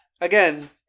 again